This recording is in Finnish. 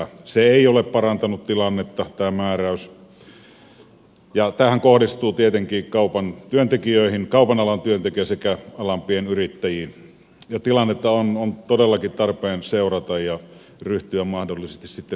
tämä määräys ei ole parantanut tilannetta ja tämähän kohdistuu tietenkin kaupan alan työntekijöihin sekä alan pienyrittäjiin ja tilannetta on todellakin tarpeen seurata ja ryhtyä mahdollisesti sitten lisätoimiin